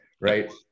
right